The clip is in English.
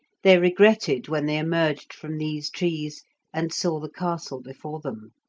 they regretted when they emerged from these trees and saw the castle before them.